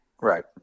Right